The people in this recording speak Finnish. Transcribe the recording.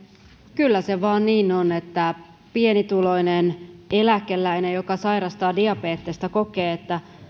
kyllä se vaan niin on että pienituloinen eläkeläinen joka sairastaa diabetesta kokee että